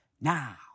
now